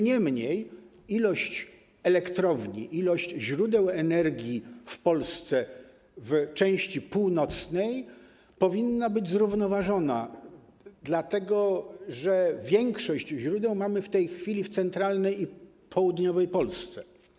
Niemniej jednak ilość elektrowni, ilość źródeł energii w Polsce w części północnej powinna być zrównoważona, dlatego że większość źródeł mamy w tej chwili w centralnej i południowej Polsce.